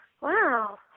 Wow